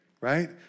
right